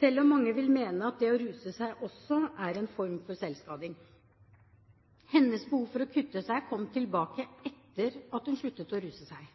selv om mange nok vil mene at det å ruse seg også er en form for selvskading. Hennes behov for å kutte seg kom tilbake etter at hun sluttet å ruse seg.